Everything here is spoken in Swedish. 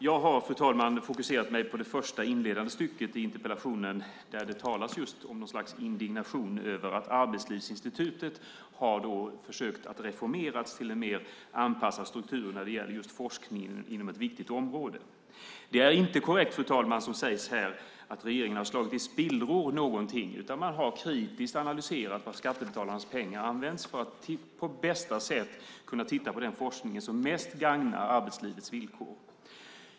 Jag har, fru talman, fokuserat på det första inledande stycket i interpellationen där det talas om något slags indignation över att man har försökt reformera Arbetslivsinstitutet till en mer anpassad struktur när det gäller forskning inom ett viktigt område. Det är inte korrekt som det sägs här att regeringen har slagit någonting i spillror. Man har kritiskt analyserat hur skattebetalarnas pengar används för att på bästa sätt kunna titta på den forskning som bäst gagnar arbetslivets villkor.